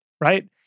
right